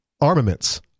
armaments